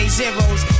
zeros